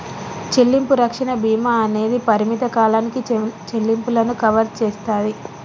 చెల్లింపు రక్షణ భీమా అనేది పరిమిత కాలానికి చెల్లింపులను కవర్ చేస్తాది